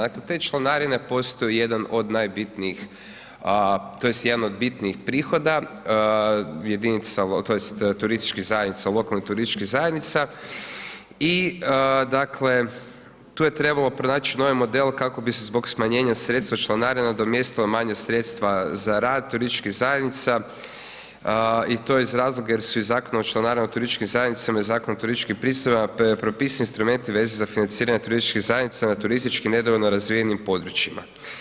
Dakle, te članarine postaju jedan od najbitnijih tj. jedan od bitnijih prihoda jedinica tj. turističkih zajednica, lokalnih turističkih zajednica i dakle, tu je trebalo pronać novi model kako bi se zbog smanjenja sredstava članarina nadomjestila manja sredstva za rad turističkih zajednica i to iz razloga jer su i Zakonom o članarinama turističkih zajednica i Zakonom o turističkim pristojbama propisani instrumenti vezani za financiranje turističkih zajednica na turistički nedovoljno razvijenim područjima.